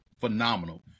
phenomenal